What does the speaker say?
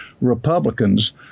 Republicans